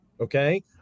okay